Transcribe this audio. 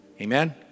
Amen